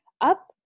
up